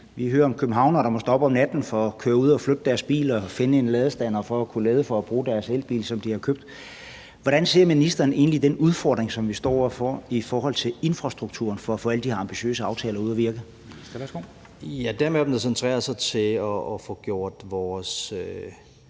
Vi hører om københavnere, der må stå op om natten for at køre ud og flytte deres bil og finde en ladestander for at kunne lade den op for at bruge deres elbil, som de har købt. Hvordan ser ministeren egentlig på den udfordring, som vi står over for i forhold til infrastrukturen, med at få alle de her ambitiøse aftaler ud at virke? Kl. 11:27 Formanden (Henrik Dam Kristensen):